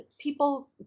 people